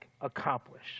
accomplish